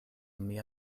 mia